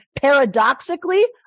paradoxically